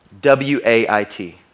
W-A-I-T